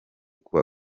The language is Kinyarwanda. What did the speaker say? kuwa